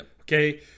Okay